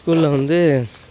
ஸ்கூலில் வந்து